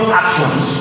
actions